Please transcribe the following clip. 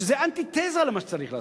שזה אנטי-תזה למה שצריך לעשות.